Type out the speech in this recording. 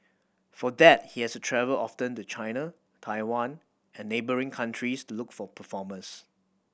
for that he is travel often to China Taiwan and neighbouring countries to look for performers